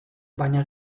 baina